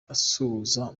asuhuzanya